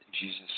Jesus